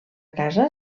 casa